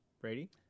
Brady